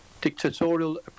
dictatorial